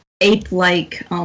ape-like